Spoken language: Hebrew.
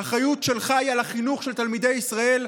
האחריות שלך היא על החינוך של תלמידי ישראל,